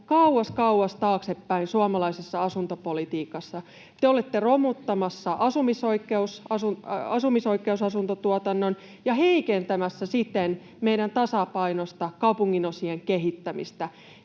kauas taaksepäin suomalaisessa asuntopolitiikassa. Te olette romuttamassa asumisoikeusasuntotuotannon ja heikentämässä siten meidän tasapainoista kaupungin-osien kehittämistä.